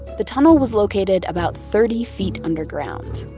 the tunnel was located about thirty feet underground.